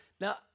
now